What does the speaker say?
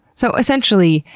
so, essentially,